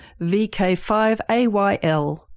VK5AYL